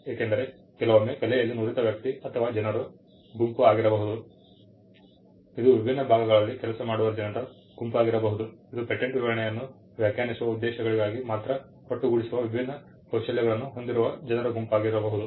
ಏಕೆಂದರೆ ಕೆಲವೊಮ್ಮೆ ಕಲೆಯಲ್ಲಿ ನುರಿತ ವ್ಯಕ್ತಿ ಅಥವಾ ಜನರ ಗುಂಪು ಆಗಿರಬಹುದು ಇದು ವಿಭಿನ್ನ ಭಾಗಗಳಲ್ಲಿ ಕೆಲಸ ಮಾಡುವ ಜನರ ಗುಂಪಾಗಿರಬಹುದು ಇದು ಪೇಟೆಂಟ್ ವಿವರಣೆಯನ್ನು ವ್ಯಾಖ್ಯಾನಿಸುವ ಉದ್ದೇಶಗಳಿಗಾಗಿ ಮಾತ್ರ ಒಟ್ಟುಗೂಡಿಸುವ ವಿಭಿನ್ನ ಕೌಶಲ್ಯಗಳನ್ನು ಹೊಂದಿರುವ ಜನರ ಗುಂಪಾಗಿರಬಹುದು